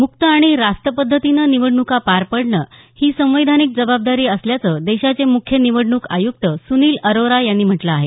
मुक्त आणि रास्तपद्धतीनं निवडणुका पार पाडणं ही संवैधानिक जबाबदारी असल्याचं देशाचे मुख्य निवडणूक आयुक्त सुनिल अरोरा यांनी म्हटलं आहे